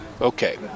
okay